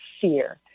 fear